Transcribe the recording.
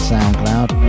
Soundcloud